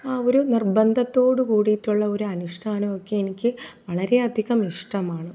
ആ ഒരു നിർബന്ധത്തോട് കൂടിയിട്ടുള്ള ഒരു അനുഷ്ഠാനമൊക്കെ എനിക്ക് വളരെ അധികം ഇഷ്ടമാണ്